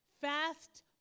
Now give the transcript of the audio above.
fast